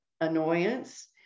annoyance